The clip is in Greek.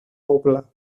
όπλα